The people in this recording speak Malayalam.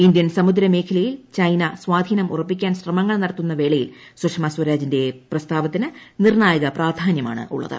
ഇന്ത്യൻ സമുദ്രമേഖലയിൽ ചൈന സ്വാധീനം ഉറപ്പിക്കാൻ ശ്രമങ്ങൾ നടത്തുന്ന വേളയിൽ സുഷമ സ്വരാജിന്റെ പ്രസ്താവത്തിന് നിർണ്ണായക പ്രാധാന്യമാണുള്ളത്